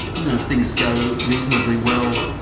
you know things go reasonably well,